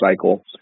cycle